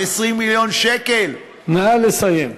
20 מיליון שקל, נא לסיים.